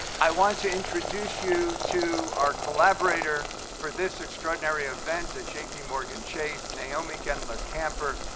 i want to introduce you to our collaborator for this extraordinary event at jpmorgan chase, naomi gendler camper,